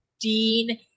Dean